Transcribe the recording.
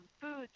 foods